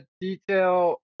detail